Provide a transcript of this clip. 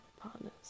partners